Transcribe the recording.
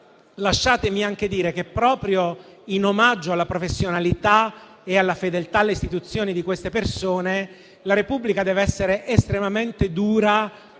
Lasciatemi anche dire, però, che, proprio in omaggio alla professionalità e alla fedeltà alle istituzioni di queste persone, la Repubblica deve essere estremamente dura